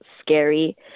scary